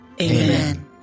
Amen